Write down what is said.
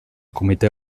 comitè